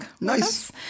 Nice